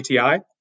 ATI